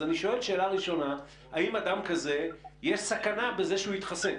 אז אני שואל שאלה ראשנה: האם יש סכנה בזה שאדם כזה יתחסן?